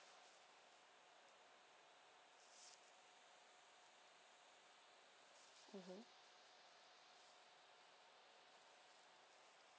mmhmm